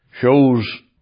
shows